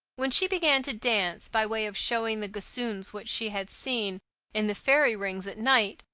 when she began to dance, by way of showing the gossoons what she had seen in the fairy rings at night,